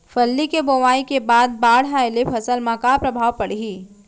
फल्ली के बोआई के बाद बाढ़ आये ले फसल मा का प्रभाव पड़ही?